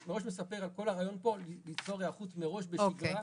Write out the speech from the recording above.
אני מראש מספר על כל הרעיון פה ליצור היערכות מראש בשגרה.